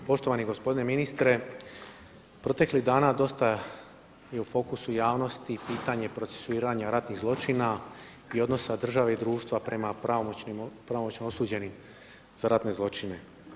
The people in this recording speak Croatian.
Poštovani gospodine ministre, proteklih dana dosta je u fokusu javnosti pitanje procesuiranja ratnih zločina i odnosa države i društva prema pravomoćno osuđenim za ratne zločine.